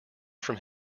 from